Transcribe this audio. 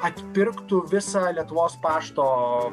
atpirktų visą lietuvos pašto